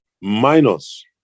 minus